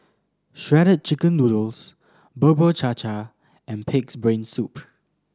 Shredded Chicken Noodles Bubur Cha Cha and Pig's Brain Soup